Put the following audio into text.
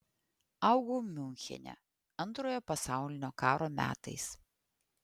augau miunchene antrojo pasaulinio karo metais